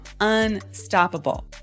unstoppable